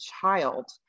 child